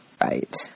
right